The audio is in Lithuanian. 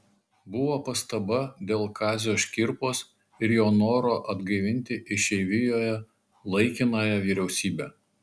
buvo pastaba dėl kazio škirpos ir jo noro atgaivinti išeivijoje laikinąją vyriausybę